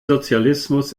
sozialismus